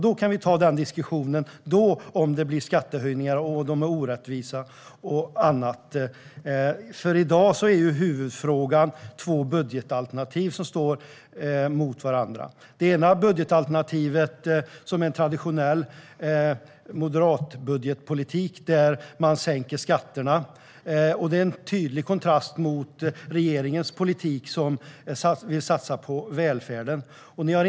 Då kan vi diskutera om dessa skattehöjningar är orättvisa och så vidare. I dag är huvudfrågan två budgetalternativ som står mot varandra. Det ena budgetalternativet innehåller en traditionell moderat budgetpolitik med sänkta skatter. Det står i tydlig kontrast mot regeringens politik, som satsar på välfärden.